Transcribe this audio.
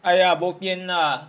!aiya! bobian lah